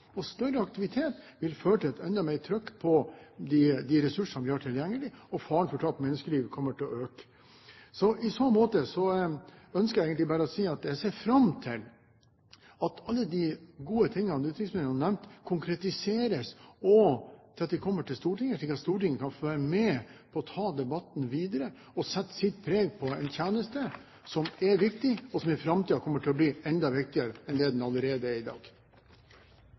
og større aktivitet vil føre til enda mer trykk på de ressursene vi har tilgjengelig, og faren for tap av menneskeliv kommer til å øke. I så måte ønsker jeg egentlig bare å si at jeg ser fram til at alle de gode tingene utenriksministeren nevnte, konkretiseres, og til at de kommer til Stortinget, slik at Stortinget kan få være med på å ta debatten videre og sette sitt preg på en tjeneste som er viktig, og som i framtiden kommer til å bli enda viktigere enn det den allerede er i dag.